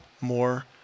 more